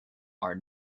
are